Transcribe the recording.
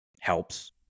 helps